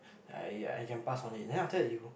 I I can pass on it then after that you